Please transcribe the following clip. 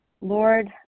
Lord